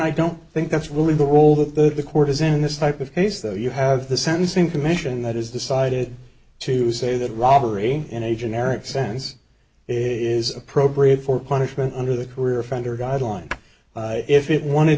i don't think that's really the role that the court has in this type of case though you have the sentencing commission that is decided to say that robbery in a generic sense is appropriate for punishment under the career offender guidelines if it wanted